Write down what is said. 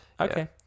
Okay